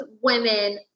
women